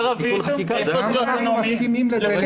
ערבי --- גם אנחנו מסכימים לזה.